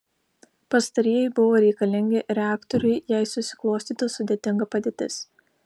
pastarieji buvo reikalingi reaktoriui jei susiklostytų sudėtinga padėtis